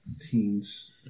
teens